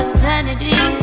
sanity